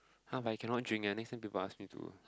!huh! but I cannot drink eh next day to bus me too